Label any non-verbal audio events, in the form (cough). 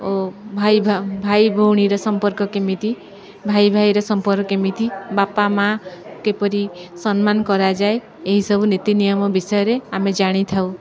ଓ ଭାଇ (unintelligible) ଭାଇ ଭଉଣୀର ସମ୍ପର୍କ କେମିତି ଭାଇ ଭାଇର ସମ୍ପର୍କ କେମିତି ବାପା ମାଆ କିପରି ସମ୍ମାନ କରାଯାଏ ଏହିସବୁ ନୀତି ନିିୟମ ବିଷୟରେ ଆମେ ଜାଣିଥାଉ